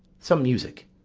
some music!